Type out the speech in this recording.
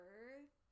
Earth